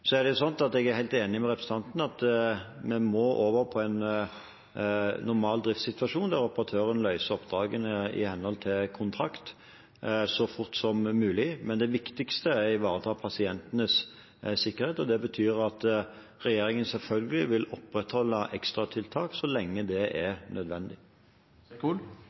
så lenge vi har hatt ekstra tiltak. Jeg er helt enig med representanten i at vi må over på en normal driftssituasjon, der operatøren løser oppdragene i henhold til kontrakt, så fort som mulig. Men det viktigste er å ivareta pasientenes sikkerhet, og det betyr at regjeringen selvfølgelig vil opprettholde ekstratiltak så lenge det er nødvendig.